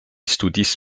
studis